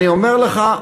אני אומר לך,